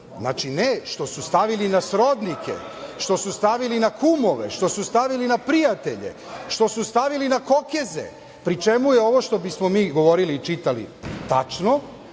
imaju, što su stavili na srodnike, što su stavili na kumove, što su stavili na prijatelje, što su stavili na Kokeze, pri čemu je ovo što bismo mi govorili i čitali tačno,